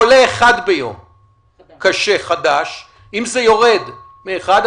או חולה קשה חדש אחד ביום,